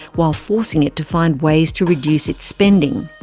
while forcing it to find ways to reduce its spending.